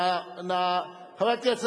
מאה אחוז.